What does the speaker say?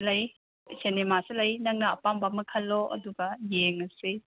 ꯂꯩ ꯁꯤꯅꯦꯃꯥꯁꯨ ꯂꯩ ꯅꯪꯅ ꯑꯄꯥꯝꯕ ꯑꯃ ꯈꯜꯂꯣ ꯑꯗꯨꯒ ꯌꯦꯡꯉꯁꯤ